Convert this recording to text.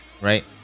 Right